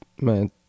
man